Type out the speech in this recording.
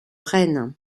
rennes